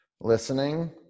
listening